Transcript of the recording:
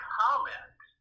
comment